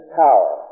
power